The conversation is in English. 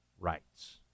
rights